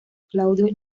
claudio